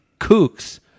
kooks